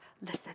listen